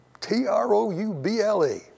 T-R-O-U-B-L-E